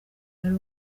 ari